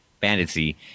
fantasy